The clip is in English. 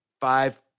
five